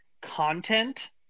content